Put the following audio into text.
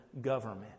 government